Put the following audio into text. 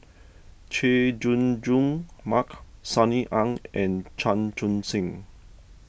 Chay Jung Jun Mark Sunny Ang and Chan Chun Sing